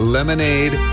Lemonade